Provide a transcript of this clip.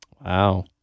Wow